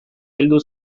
heldu